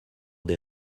des